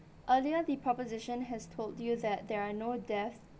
earlier the proposition has told you that there are no death